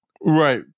right